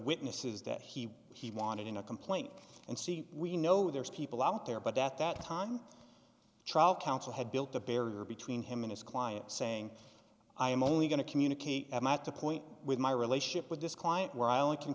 witnesses that he he wanted in a complaint and see we know there's people out there but at that time trial counsel had built a barrier between him and his client saying i am only going to communicate the point with my relationship with this client while i